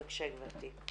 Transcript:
בבקשה גברתי.